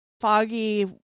foggy